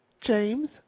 James